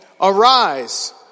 arise